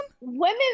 women